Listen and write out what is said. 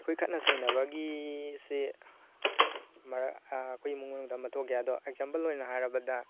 ꯑꯩꯈꯣꯏ ꯈꯠꯅ ꯆꯩꯅꯕꯒꯤꯁꯤ ꯑꯩꯈꯣꯏ ꯏꯃꯨꯡ ꯃꯅꯨꯡꯗ ꯑꯃ ꯊꯣꯛꯈꯤ ꯑꯗꯣ ꯑꯦꯛꯖꯥꯝꯄꯜ ꯑꯣꯏꯅ ꯍꯥꯏꯔꯕꯗ